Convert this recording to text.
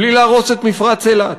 בלי להרוס את מפרץ אילת.